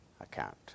account